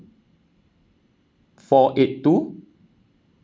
four eight two